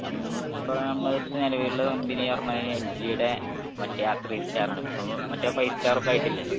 നമ്മൾ ഇപ്പോൾ നമ്മളുടെ അടുത്ത് നിലവിലുള്ള കമ്പനി പറഞ്ഞു കഴിഞ്ഞാൽ എൽ ജിയുടെ മറ്റേ ആ ത്രീ സ്റ്റാറാണ് ഇപ്പം മറ്റേ ഫൈവ് സ്റ്റാറൊക്കെ ആയിട്ടില്ലേ